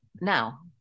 now